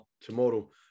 tomorrow